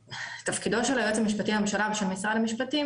תפקידו של היועץ המשפטי לממשלה ושל משרד המשפטים